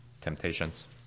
temptations